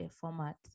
format